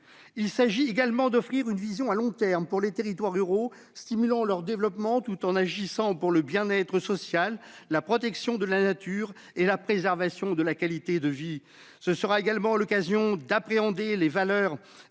Il s'agit également d'offrir une vision de long terme aux territoires ruraux, en stimulant leur développement tout en agissant pour le bien-être social, la protection de la nature et la préservation de la qualité de vie. Ce sera aussi l'occasion d'appréhender la valeur